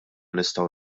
nistgħu